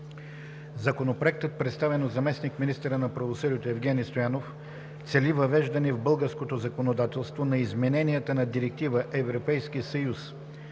Законопроектът, представен от заместник-министъра на правосъдието Евгени Стоянов, цели въвеждане в българското законодателство на изискванията на Директива (ЕС)